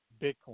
Bitcoin